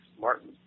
Martin